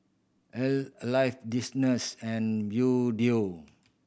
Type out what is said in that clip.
Alive and Bluedio